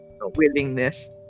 willingness